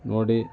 ನೋಡಿ